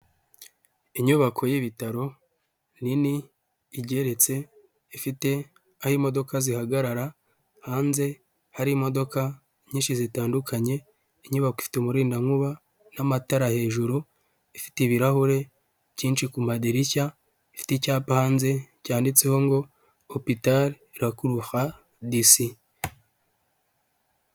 Inyubako y'ibitaro nini igeretse, ifite aho imodoka zihagarara, hanze hari imodoka nyinshi zitandukanye, inyubako ifite umurindankuba n'amatara hejuru, ifite ibirahure byinshi ku madirishya, ifite icyapa hanze cyanditseho ngo opitari rakuruha disi.